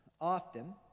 often